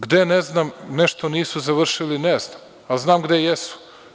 Gde ne znam, nešto nisu završili, a znam gde jesu.